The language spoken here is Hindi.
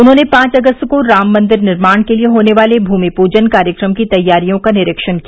उन्होंने पांच अगस्त को राम मंदिर निर्माण के लिए होने वाले भूमि पूजन कार्यक्रम की तैयारियों का निरीक्षण किया